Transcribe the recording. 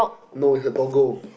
no it's a doggo